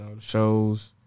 shows